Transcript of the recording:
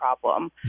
problem